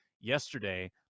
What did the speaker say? yesterday